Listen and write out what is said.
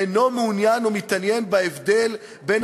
אינו מעוניין או מתעניין בהבדל בין